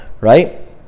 right